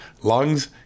lungs